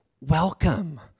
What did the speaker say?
welcome